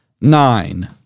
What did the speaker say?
nine